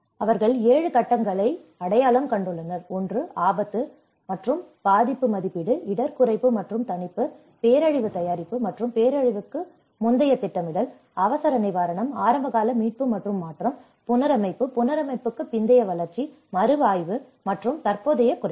அவர்கள் 7 கட்டங்களை அடையாளம் கண்டுள்ளனர் ஒன்று ஆபத்து மற்றும் பாதிப்பு மதிப்பீடு இடர் குறைப்பு மற்றும் தணிப்பு பேரழிவு தயாரிப்பு மற்றும் பேரழிவுக்கு முந்தைய திட்டமிடல் அவசர நிவாரணம் ஆரம்பகால மீட்பு மற்றும் மாற்றம் புனரமைப்பு புனரமைப்புக்கு பிந்தைய வளர்ச்சி மறுஆய்வு மற்றும் தற்போதைய குறைப்பு